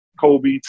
Kobe